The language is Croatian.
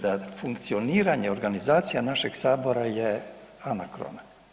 Da funkcioniranje organizacija našeg Sabora je anakrona.